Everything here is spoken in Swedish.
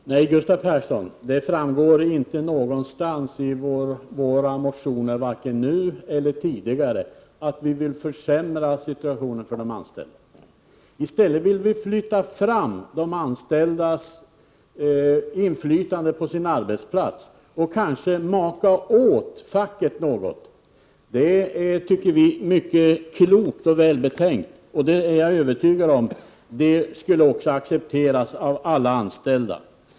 Fru talman! Nej, Gustav Persson, det framgår inte någonstans av våra motioner, vare sig nu eller tidigare, att vi vill försämra situationen för de anställda. I stället vill vi öka de anställdas inflytande på sin arbetsplats och anser att facket skall maka åt sig något. Det är, tycker vi, mycket klokt och välbetänkt. Jag är övertygad om att det också skulle accepteras av alla anställda.